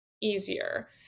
easier